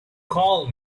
call